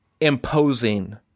imposing